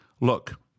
look